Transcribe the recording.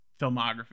filmography